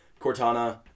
Cortana